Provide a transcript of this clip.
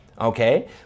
okay